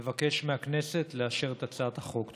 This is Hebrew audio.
נבקש מהכנסת לאשר את הצעת החוק.